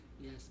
yes